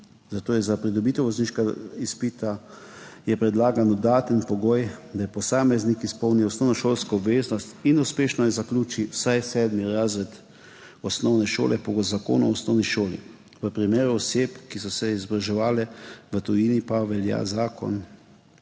zato je za pridobitev vozniškega izpita predlagan dodaten pogoj, da je posameznik izpolnil osnovnošolsko obveznost in uspešno zaključil vsaj sedmi razred osnovne šole po Zakonu o osnovni šoli, v primeru oseb, ki so se izobraževale v tujini, pa velja zakon